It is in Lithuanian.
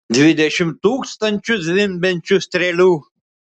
dvidešimt tūkstančių zvimbiančių strėlių